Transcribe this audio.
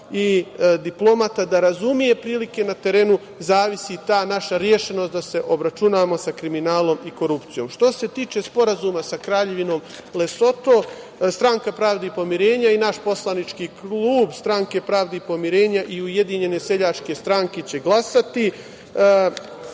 i diplomata, da razume prilike na terenu, zavisi i ta naša rešenost da se obračunamo sa kriminalom i korupcijom. Što se tiče Sporazuma sa Kraljevinom Lesoto, Stranka pravde i pomirenja i naš poslanički klub Stranke pravde i pomirenja i Ujedinjene seljačke stranke će glasati.